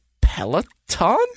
Peloton